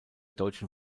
deutschen